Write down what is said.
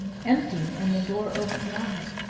empty and the door open wide.